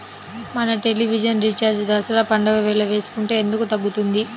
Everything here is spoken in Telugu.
మన టెలివిజన్ రీఛార్జి దసరా పండగ వేళ వేసుకుంటే ఎందుకు తగ్గుతుంది?